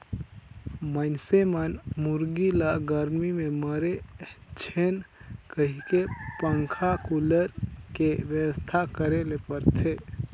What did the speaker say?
मइनसे मन मुरगी ल गरमी में मरे झेन कहिके पंखा, कुलर के बेवस्था करे ले परथे